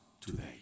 today